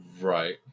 Right